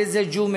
הביא את זה ג'ומס,